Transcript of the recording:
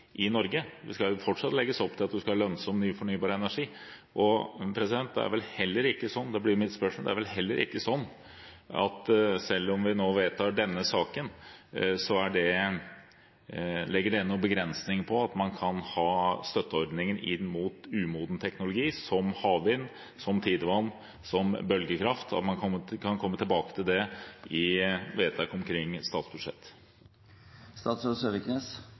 i Norge. Det skal fortsatt legges opp til at vi skal ha lønnsom, ny fornybar energi. Det er vel heller ikke sånn – det blir mitt spørsmål – at om vi nå vedtar denne saken, legger det noen begrensninger på at man kan ha støtteordninger inn mot umoden teknologi, som havvind, tidevann, bølgekraft, og at man kan komme tilbake til det i vedtak omkring